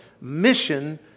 mission